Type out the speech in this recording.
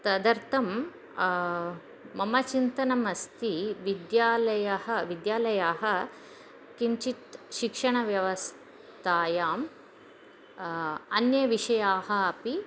तदर्थं मम चिन्तनम् अस्ति विद्यालयः विद्यालयाः किञ्चित् शिक्षणव्यवस्थायाम् अन्ये विषयाः अपि